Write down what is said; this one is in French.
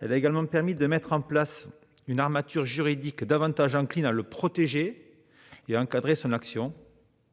Elle a également permis de mettre en place une armature juridique davantage encline à protéger les lanceurs d'alerte